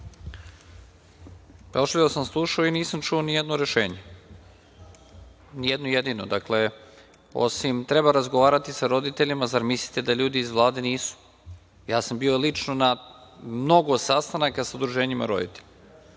Pažljivo sam slušao i nisam čuo ni jedno rešenje, ni jedno jedino, osim da treba razgovarati sa roditeljima. Zar mislite da ljudi iz Vlade nisu? Lično sam bio na mnogo sastanaka sa udruženjima roditelja,